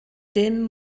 dim